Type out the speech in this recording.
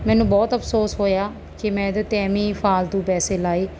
ਮੈਨੂੰ ਬਹੁਤ ਅਫਸੋਸ ਹੋਇਆ ਕਿ ਮੈਂ ਇਹਦੇ 'ਤੇ ਐਵੇਂ ਹੀ ਫਾਲਤੂ ਪੈਸੇ ਲਾਏ